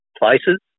places